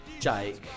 Jake